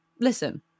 listen